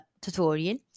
tutorial